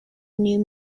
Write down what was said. new